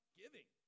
giving